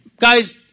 Guys